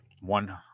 one